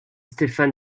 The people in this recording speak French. stefan